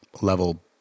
level